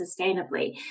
sustainably